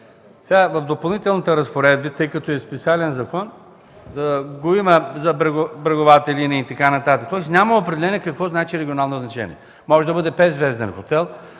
В допълнителните разпоредби, тъй като е специален закон, го има за бреговата линия и така нататък. Тоест няма определение какво значи „регионално значение”. Може да бъде 5-звезден хотел,